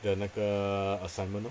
的那个 assignment lor